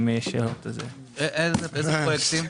איזה פרויקטים?